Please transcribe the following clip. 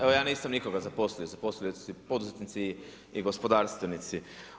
Evo, ja nisam nikoga zaposlio, zaposlili su se poduzetnici i gospodarstvenici.